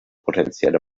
potenzielle